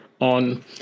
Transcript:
on